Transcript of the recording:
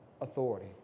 authority